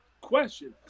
question